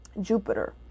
Jupiter